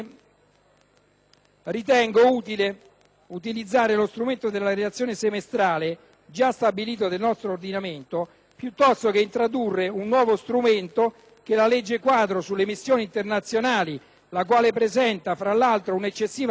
ritengo utile utilizzare lo strumento della relazione semestrale, già stabilito nel nostro ordinamento, piuttosto che introdurre un nuovo strumento che è la legge quadro sulle missioni internazionali, la quale presenta tra l'altro un'eccessiva rigidità